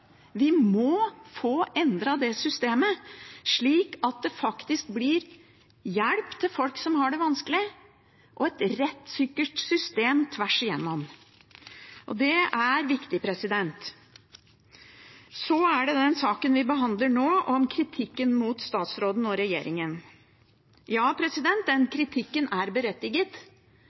Vi må få endret systemet slik at det faktisk blir hjelp til folk som har det vanskelig, og et rettssikkert system tvers igjennom. Det er viktig. Så til den saken vi behandler nå, om kritikken av statsråden og regjeringen: Ja, den kritikken er berettiget,